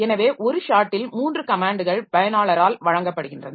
எனவே ஒரு ஷாட்டில் 3 கமேன்ட்கள் பயனாளரால் வழங்கப்படுகின்றன